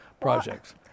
projects